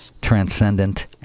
transcendent